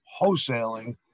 wholesaling